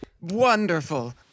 Wonderful